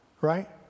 right